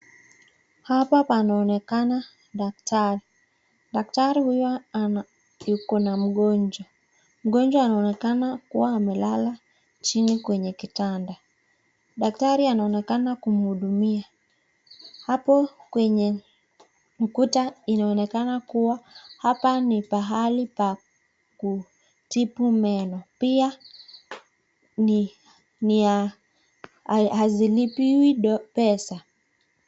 Hapa panaonekana daktari. Daktari huyo yuko na mgonjwa, mgonjwa anaonekana kuwa amelala chini kwenye kitanda. Daktari anaonekana kumhudumia hapo kwenye ukuta inaonekana kuwa hapa ni pahali pa kutibu meno pia hazilipiwi pesa.